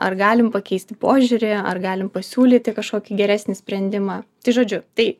ar galim pakeisti požiūrį ar galim pasiūlyti kažkokį geresnį sprendimą tai žodžiu tai